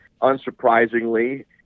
Unsurprisingly